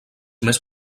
més